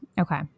Okay